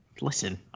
Listen